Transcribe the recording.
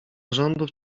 rządów